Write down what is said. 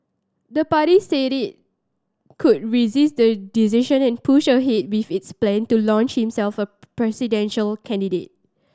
the party said it could resist the decision and push ahead with its plan to launch him as presidential candidate